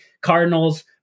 Cardinals